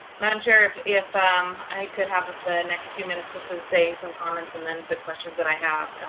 madam chair, if if um i could have the next few minutes, just to say some comments, and then the questions that i have,